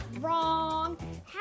Wrong